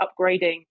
upgrading